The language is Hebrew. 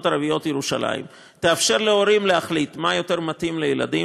הערביות בירושלים תאפשר להורים להחליט מה יותר מתאים לילדים,